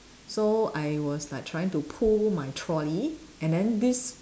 so I was like trying to pull my trolley and then this